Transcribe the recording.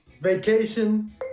vacation